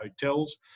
hotels